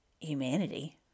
humanity